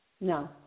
No